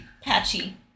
Patchy